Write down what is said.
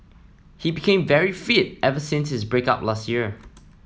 he became very fit ever since his break up last year